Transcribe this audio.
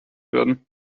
werden